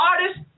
artist